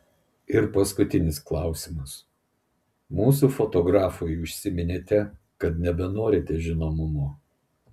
ir paskutinis klausimas mūsų fotografui užsiminėte kad nebenorite žinomumo